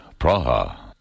Praha